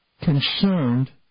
concerned